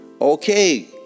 okay